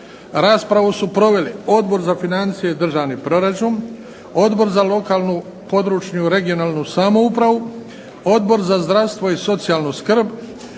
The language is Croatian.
Raspravu su proveli Odbor za financije i državni proračun, Odbor za lokalnu područnu (regionalnu) samoupravu, Odbor za zdravstvo i socijalnu skrb,